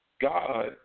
God